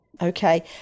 Okay